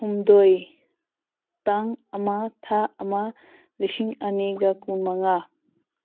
ꯍꯨꯝꯗꯣꯏ ꯇꯥꯡ ꯑꯃ ꯊꯥ ꯑꯃ ꯂꯤꯁꯤꯡ ꯑꯅꯤꯒ ꯀꯨꯟ ꯃꯉꯥ